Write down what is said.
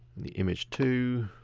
the image too.